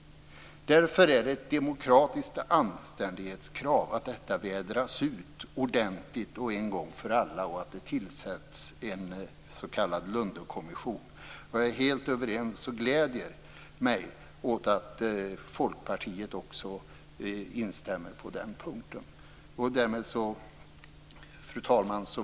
Därför är det ett demokratiskt anständighetskrav att detta vädras ut ordentligt en gång för alla. Tillsätt en s.k. Lundkommission. Jag gläder mig åt att Folkpartiet instämmer på den punkten. Fru talman!